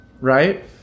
Right